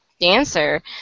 dancer